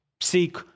seek